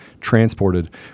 transported